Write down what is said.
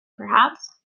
perhaps